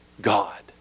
God